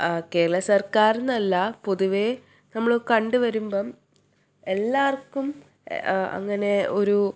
കേരളസർക്കാരെന്നല്ല പൊതുവെ നമ്മൾ കണ്ടു വരുമ്പം എല്ലാവർക്കും അങ്ങനെ ഒരു